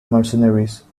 mercenaries